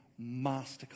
masterclass